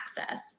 access